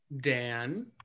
Dan